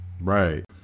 right